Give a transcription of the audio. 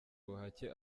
ubuhake